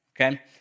okay